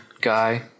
guy